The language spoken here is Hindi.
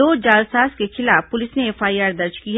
दो जालसाज के खिलाफ पुलिस ने एफआईआर दर्ज की है